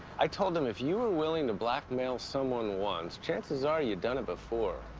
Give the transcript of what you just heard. i told him if you were willing to blackmail someone once, chances are you've done it before.